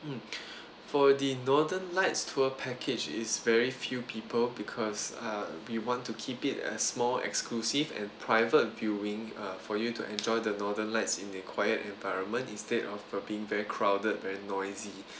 mm for the northern lights tour package is very few people because uh we want to keep it as more exclusive and private viewing uh for you to enjoy the northern lights in the quiet environment instead of being very crowded very noisy